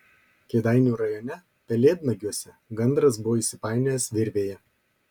kėdainių rajone pelėdnagiuose gandras buvo įsipainiojęs virvėje